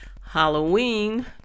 Halloween